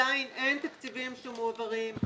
עדיין אין תקציבים שמועברים,